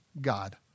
God